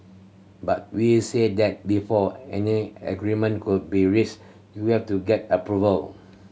but we said that before any agreement could be reached you have to get approval